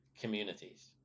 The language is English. communities